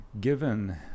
Given